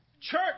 Church